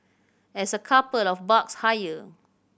as a couple of bucks higher